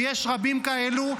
ויש רבים כאלה.